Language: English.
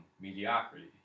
mediocrity